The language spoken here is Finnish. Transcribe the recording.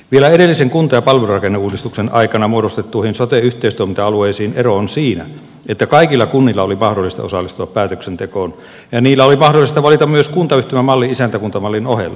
vielä edellisen kunta ja palvelurakenneuudistuksen aikana muodostettuihin sote yhteistoiminta alueisiin ero on siinä että kaikilla kunnilla oli mahdollista osallistua päätöksentekoon ja niillä oli mahdollista valita myös kuntayhtymämalli isäntäkuntamallin ohella